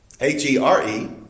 H-E-R-E